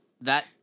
That-